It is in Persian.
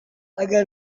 اگه